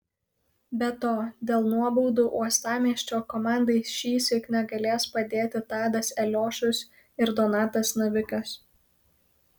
be to dėl nuobaudų uostamiesčio komandai šįsyk negalės padėti tadas eliošius ir donatas navikas